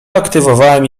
aktywowałem